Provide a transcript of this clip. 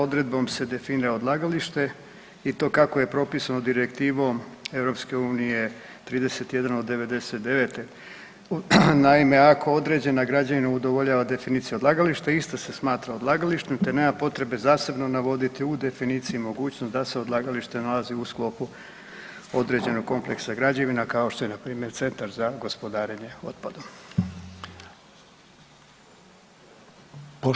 Odredbom se definira odlagalište i to kako je propisano Direktivom EU 31/1999, naime ako određena građevina udovoljava definiciji odlagalište ista se smatra odlagalištem te nema potrebe zasebno navoditi u definiciji mogućnost da se odlagalište nalazi u sklopu određenog kompleksa građevina kao što je npr. Centar za gospodarenje otpadom.